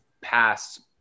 past